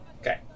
Okay